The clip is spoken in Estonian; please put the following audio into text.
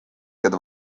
keda